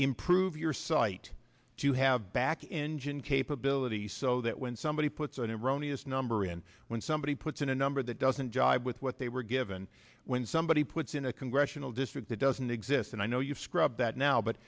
improve your site to have back engine capability so that when somebody puts an iranian number in when somebody puts in a number that doesn't jive with what they were given when somebody puts in a congressional district that doesn't exist and i know you've scrubbed that now but